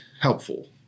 helpful